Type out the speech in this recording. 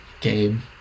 game